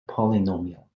polynomial